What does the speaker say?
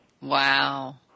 Wow